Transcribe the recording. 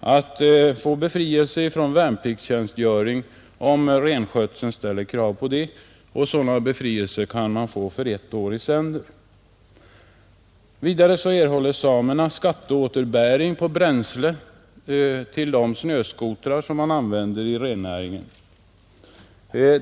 att få befrielse från värnpliktstjänstgöring om renskötseln kräver detta. Sådan befrielse kan man få för ett år i sänder. 6. Samerna erhåller skatteåterbäring på bränsle till de snöskotrar de använder i rennäringen.